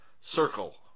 circle